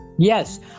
yes